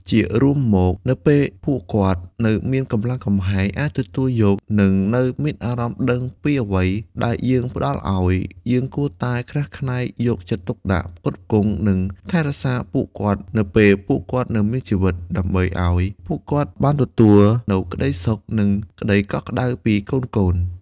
ជារួមមក នៅពេលពួកគាត់នៅមានកម្លាំងកំហែង អាចទទួលយក និងនៅមានអារម្មណ៍ដឹងពីអ្វីដែលយើងផ្តល់ឲ្យ យើងគួរតែខ្នះខ្នែងយកចិត្តទុកដាក់ ផ្គត់ផ្គង់ និងថែរក្សាពួកគាត់នៅពេលពួកគាត់នៅមានជីវិត ដើម្បីឲ្យពួកគាត់បានទទួលនូវក្តីសុខ និងក្តីកក់ក្តៅពីកូនៗ។